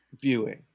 viewing